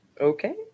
Okay